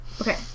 okay